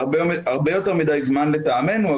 הרבה יותר מדי זמן לטעמנו,